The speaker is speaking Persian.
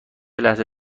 لحظه